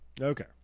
okay